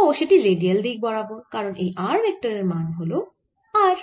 ও সেটি রেডিয়াল দিকে বরাবর কারণ এই r ভেক্টর এর মান হল r